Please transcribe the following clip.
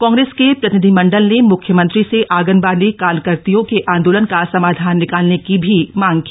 कांग्रेस के प्रतिनिधिमंडल ने मुख्यमंत्री से आंगनबाड़ी कार्यकत्रियों के आंदोलन का समाधान निकालने की भी मांग की